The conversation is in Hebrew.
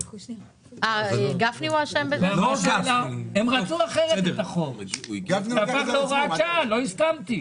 הם רצו שזה יהפוך להוראת שעה, ולא הסכמתי.